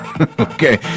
Okay